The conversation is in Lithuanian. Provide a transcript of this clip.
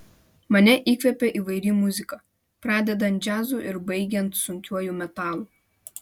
mane įkvepia įvairi muzika pradedant džiazu ir baigiant sunkiuoju metalu